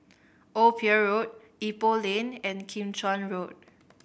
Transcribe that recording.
Old Pier Road Ipoh Lane and Kim Chuan Road